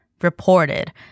reported